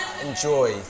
Enjoy